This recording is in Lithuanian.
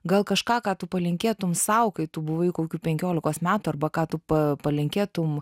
gal kažką ką tu palinkėtum sau kai tu buvai kokių penkiolikos metų arba ką tu pa palinkėtum